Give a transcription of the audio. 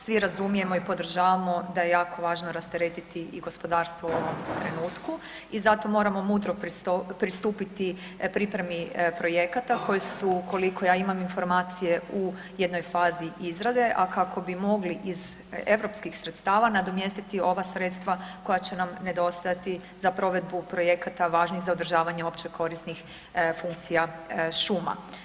Svi razumijemo i podržavamo da je jako važno rasteretiti i gospodarstvo u ovom trenutku i zato moramo mudro pristupiti pripremi projekata koji su koliko ja imam informacije u jednoj fazi izrade, a kako bi mogli iz europskih sredstava nadomjestiti ova sredstva koja će nam nedostajati za provedbu projekata važnih za održavanje općekorisnih funkcija šuma.